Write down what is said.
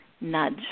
nudge